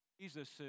Jesus